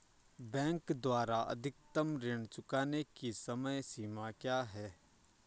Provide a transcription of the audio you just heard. Bank द्वारा अधिकतम ऋण चुकाने की समय सीमा क्या है?